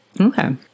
Okay